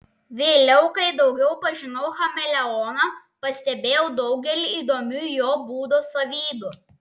vėliau kai daugiau pažinau chameleoną pastebėjau daugelį įdomių jo būdo savybių